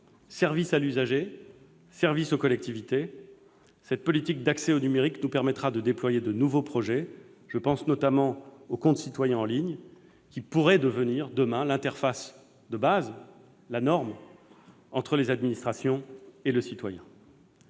service à l'usager, service aux collectivités. Cette politique d'accès au numérique nous permettra de déployer de nouveaux projets : je pense notamment au « compte citoyen en ligne » qui pourrait devenir l'interface de base, la norme, entre les administrations et le citoyen.